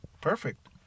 perfect